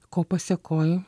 ko pasekoj